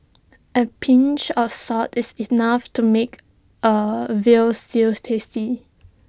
A pinch of salt is enough to make A Veal Stew tasty